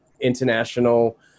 international